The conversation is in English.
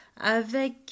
avec